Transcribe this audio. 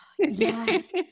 Yes